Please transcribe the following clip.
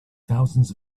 thousands